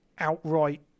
outright